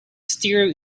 stereo